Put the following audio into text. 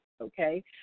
okay